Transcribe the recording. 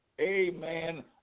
Amen